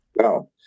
No